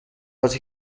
was